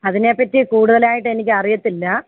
അതിനെപ്പറ്റി കൂടുതലായിട്ട് എനിക്ക് അറിയത്തില്ല